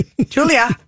Julia